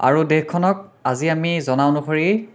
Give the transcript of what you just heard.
আৰু দেশখনক আজি আমি জনা অনুসৰি